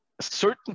certain